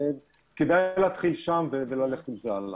כדאי להתחיל שם וללכת עם זה הלאה.